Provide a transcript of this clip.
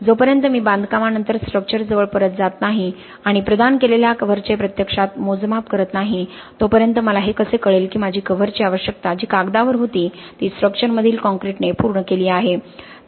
जोपर्यंत मी बांधकामानंतर स्ट्रक्चर जवळ परत जात नाही आणि प्रदान केलेल्या कव्हरचे प्रत्यक्षात मोजमाप करत नाही तोपर्यंत मला हे कसे कळेल की माझी कव्हरची आवश्यकता जी कागदावर होती ती स्ट्रक्चर मधील काँक्रीटने पूर्ण केली आहे